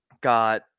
got